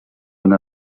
una